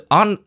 on